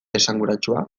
esanguratsua